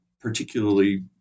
particularly